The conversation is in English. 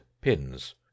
pins